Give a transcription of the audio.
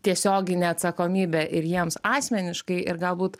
tiesioginė atsakomybė ir jiems asmeniškai ir galbūt